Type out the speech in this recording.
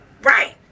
Right